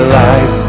life